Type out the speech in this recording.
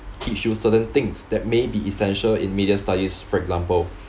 teach you certain things that may be essential in media studies for example